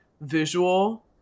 visual